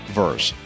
verse